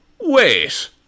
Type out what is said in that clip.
wait